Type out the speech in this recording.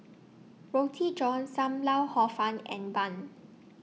Roti John SAM Lau Hor Fun and Bun